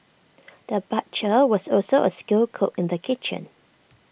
the butcher was also A skilled cook in the kitchen